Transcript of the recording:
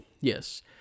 Yes